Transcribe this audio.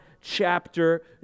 chapter